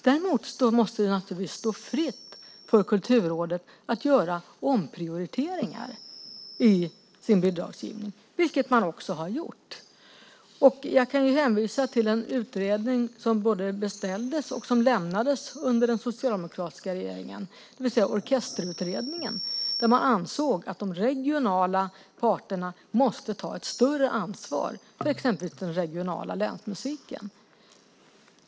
Däremot måste det naturligtvis stå Kulturrådet fritt att göra omprioriteringar i sin bidragsgivning, vilket man också har gjort. Jag kan hänvisa till en utredning som både beställdes och lämnades under den socialdemokratiska regeringen, det vill säga Orkesterutredningen, där man ansåg att de regionala parterna måste ta ett större ansvar, exempelvis för den regionala länsmusiken.